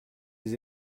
les